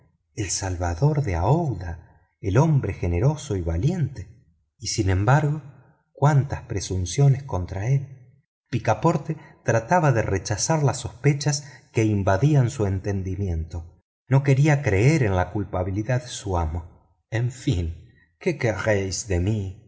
el salvador de aouida el hombre generoso y valiente y sin embargo cuántas presunciones contra él picaporte trataba de rechazar las sospechas que invadían su entendimiento no quería creer en la culpabilidad de su amo en fin qué queréis de mí